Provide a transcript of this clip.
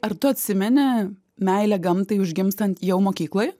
ar tu atsimeni meilę gamtai užgimstant jau mokykloj